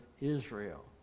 Israel